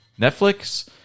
Netflix